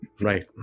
Right